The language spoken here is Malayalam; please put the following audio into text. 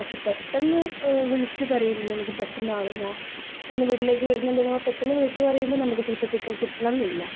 പക്ഷേ പെട്ടെന്ന് വിളിച്ച് പറയും നമുക്ക് പെട്ടന്ന് ആവ് ഞാ ഇന്ന് വീട്ടിലേക്ക് വരുന്നുണ്ടെന്ന് പെട്ടെന്ന് വിളിച്ചു പറയുമ്പോൾ നമുക്ക് ചിലപ്പോൾ ചിക്കൻ കിട്ടണം എന്നില്ല അപ്പോൾ